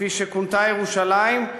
כפי שכונתה ירושלים,